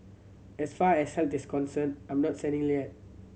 as far as health is concerned I'm not yet